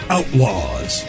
Outlaws